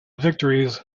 victories